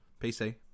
PC